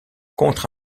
contre